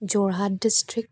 Jorhat district